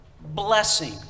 blessing